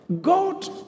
God